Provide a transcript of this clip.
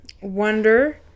Wonder